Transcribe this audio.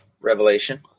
Revelation